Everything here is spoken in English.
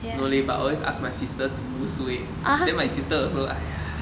no leh but always ask my sister to lose weight then my sister also lah !aiya!